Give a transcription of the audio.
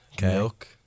milk